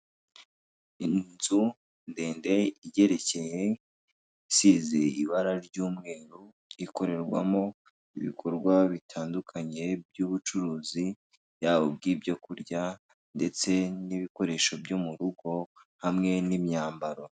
Inzu ndende igerekeye isize ibara ry'umweru ikorerwamo ibikorwa bitandukanye by'ubucuruzi yaba ubwo ibyo kurya ndetse n'ibikoresho byo murugo hamwe n'imyambaro.